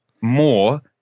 more